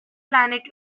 planet